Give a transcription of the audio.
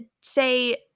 say